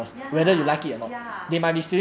ya ya